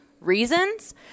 reasons